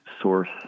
source